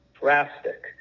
drastic